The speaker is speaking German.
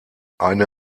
eine